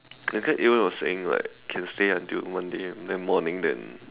that time Adrian was saying like can stay until Monday then morning then